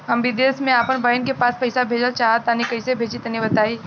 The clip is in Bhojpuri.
हम विदेस मे आपन बहिन के पास पईसा भेजल चाहऽ तनि कईसे भेजि तनि बताई?